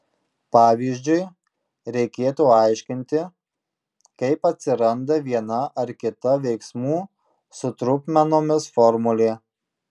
pavyzdžiui reikėtų aiškinti kaip atsiranda viena ar kita veiksmų su trupmenomis formulė